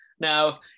now